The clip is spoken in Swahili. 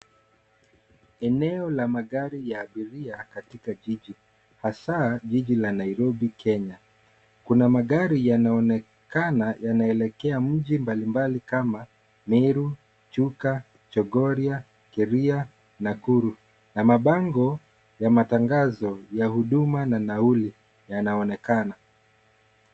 Eneo la magari ya abiria katika jiji, hasaa jiji la Nairobi Kenya. Kuna magari yanaonekana yanaelekea mji mbalimbali kama, Meru, Chuka, Chogoria, Keria Nakuru, na mabango ya matangazo ya huduma na nauli yanaonekana.